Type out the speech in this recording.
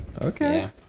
Okay